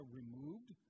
removed